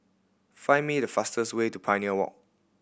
find me the fastest way to Pioneer Walk